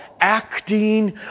acting